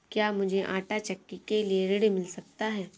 क्या मूझे आंटा चक्की के लिए ऋण मिल सकता है?